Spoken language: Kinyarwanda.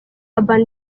urban